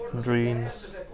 dreams